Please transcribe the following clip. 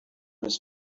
his